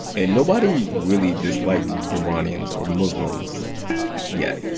and nobody really disliked iranians or muslims yet